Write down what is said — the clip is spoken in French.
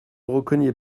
reconnais